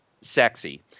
sexy